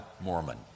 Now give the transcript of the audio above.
Mormon